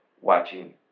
watching